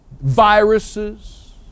viruses